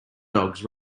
dogs